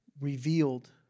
revealed